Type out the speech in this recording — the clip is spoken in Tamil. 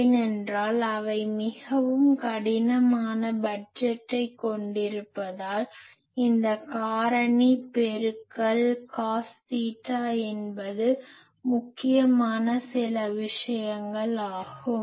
ஏனென்றால் அவை மிகவும் கடினமான பட்ஜெட்டைக் கொண்டிருப்பதால் இந்த காரணி பெருக்கல் காஸ் தீட்டா என்பது முக்கியமான சில விஷயங்கள் ஆகும்